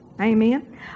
Amen